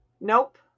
Nope